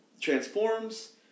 Transforms